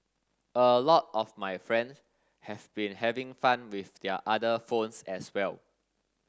a lot of my friends have been having fun with their other phones as well